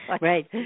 Right